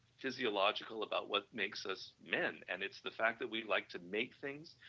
physiological about what makes us men and it's the fact that we like to make things,